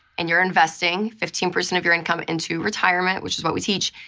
and you're investing fifteen percent of your income into retirement, which is what we teach,